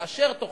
לאשר תוכנית.